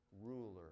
Ruler